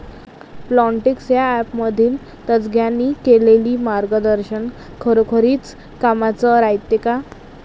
Plantix या ॲपमधील तज्ज्ञांनी केलेली मार्गदर्शन खरोखरीच कामाचं रायते का?